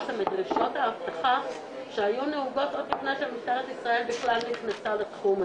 אנחנו בעצם אחרי תקופה ארוכה שרצינו לדון בסוגיית ייצוא